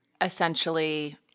essentially –